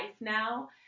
now